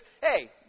hey